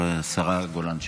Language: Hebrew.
השרה גולן שם.